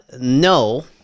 no